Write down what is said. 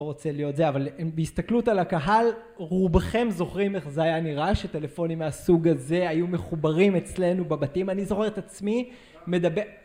רוצה להיות זה, אבל בהסתכלות על הקהל, רובכם זוכרים איך זה היה נראה שטלפונים מהסוג הזה היו מחוברים אצלנו בבתים. אני זוכר את עצמי מדבר